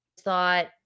thought